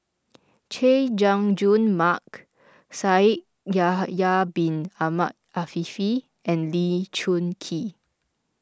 Chay Jung Jun Mark Shaikh Yahya Bin Ahmed Afifi and Lee Choon Kee